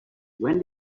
when